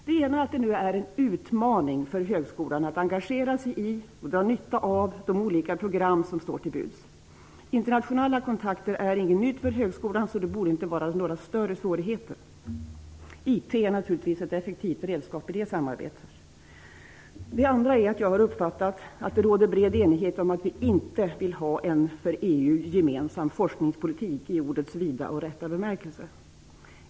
Det ena är att det nu är en utmaning för högskolan att engagera sig i och dra nytta av de olika program som står till buds. Internationella kontakter är inget nytt för högskolan, så de borde inte innebära några större svårigheter. IT är naturligtvis ett effektivt redskap i detta samarbete. Det andra är att jag har uppfattat att det råder bred enighet om att vi inte vill ha en för EU gemensam forskningspolitik i ordets vida och rätta bemärkelse.